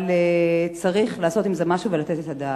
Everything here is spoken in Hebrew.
אבל צריך לעשות עם זה משהו ולתת את הדעת.